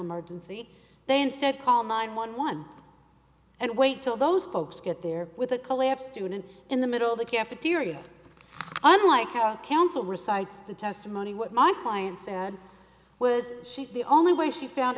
emergency they instead call nine one one and wait till those folks get there with the collapse student in the middle of the cafeteria i'm like how council recites the testimony what my client said was she the only way she found